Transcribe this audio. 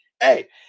hey